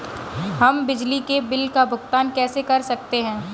हम बिजली के बिल का भुगतान कैसे कर सकते हैं?